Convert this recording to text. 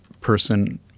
person